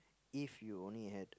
if you only had